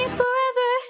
forever